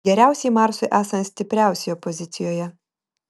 geriausiai marsui esant stipriausioje pozicijoje